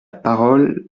parole